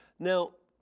now,